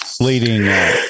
leading